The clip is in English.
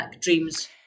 dreams